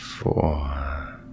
Four